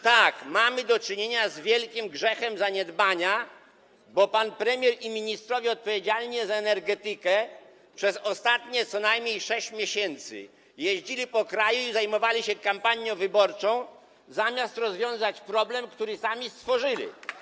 Tak, mamy do czynienia z wielkim grzechem zaniedbania, bo pan premier i ministrowie odpowiedzialni za energetykę przez ostatnie co najmniej 6 miesięcy jeździli po kraju i zajmowali się kampanią wyborczą, zamiast rozwiązać problem, który sami stworzyli.